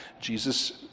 Jesus